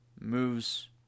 moves